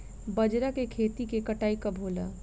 बजरा के खेती के कटाई कब होला?